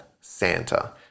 Santa